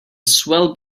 swell